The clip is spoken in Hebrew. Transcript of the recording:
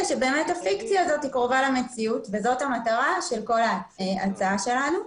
שבאמת הפיקציה הזאת היא קרובה למציאות וזאת המטרה של כל ההצעה שלנו.